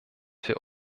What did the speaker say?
für